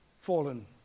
fallen